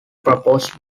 proposed